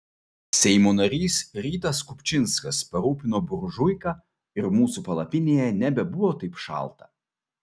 seimo narys rytas kupčinskas parūpino buržuiką ir mūsų palapinėje nebebuvo taip šalta